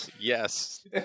Yes